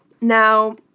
now